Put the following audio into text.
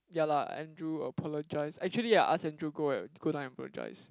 ya lah Andrew apologise actually I ask Andrew go and go down and apologise